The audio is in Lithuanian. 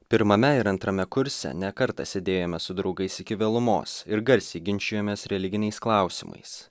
pirmame ir antrame kurse ne kartą sėdėjome su draugais iki vėlumos ir garsiai ginčijomės religiniais klausimais